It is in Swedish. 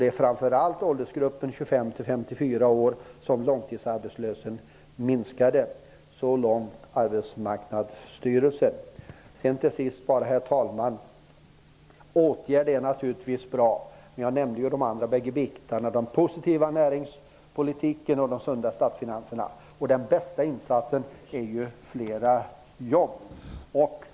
Det är framför allt i åldersgruppen 25--54-åringar som långtidsarbetslösheten minskade -- så långt Till sist: Åtgärder är naturligtvis bra. De bägge andra bitarna har jag nämnt, dvs. den positiva näringspolitiken och sunda statsfinanser. Den bästa insatsen är ju fler jobb.